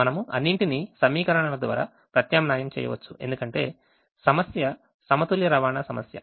మనము అన్నింటినీ సమీకరణాల ద్వారా ప్రత్యామ్నాయం చేయవచ్చు ఎందుకంటే సమస్య సమతుల్య రవాణా సమస్య